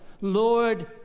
Lord